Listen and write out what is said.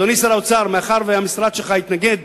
אדוני שר האוצר, מאחר שהמשרד שלך התנגד